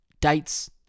Dates